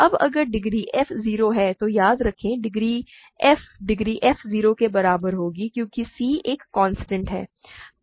अब अगर degree f 0 है तो याद रखें डिग्री f डिग्री f 0 के बराबर होगी क्योंकि c एक कांस्टेंट है